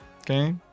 Okay